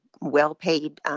well-paid